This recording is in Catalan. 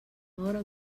hora